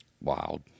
wild